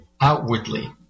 outwardly